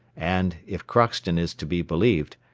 and, if crockston is to be believed,